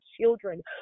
children